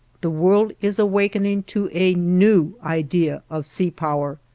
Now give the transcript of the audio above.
the world is awakening to a new idea of sea-power,